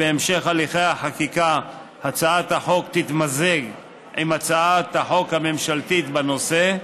בהמשך הליכי החקיקה הצעת החוק תתמזג עם הצעת החוק הממשלתית בנושא,